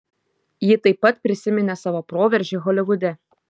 ji taip pat prisiminė savo proveržį holivude